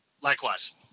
Likewise